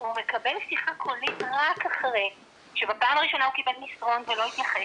הוא מקבל שיחה קולית רק אחרי שבפעם הראשונה הוא קיבל מסרון ולא התייחס,